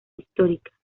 histórica